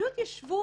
פשוט ישבו